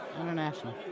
International